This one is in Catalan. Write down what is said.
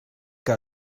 que